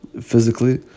physically